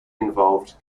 involved